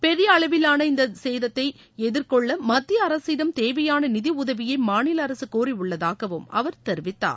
பெரிய அளவிலான இந்த சேத்தை எதிர்கொள்ள மத்திய அரசிடம் தேவையான நிதி உதவியை மாநில அரசு கோரியுள்ளதாகவும் அவர் தெரிவித்தார்